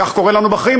כך קורה לנו בחיים,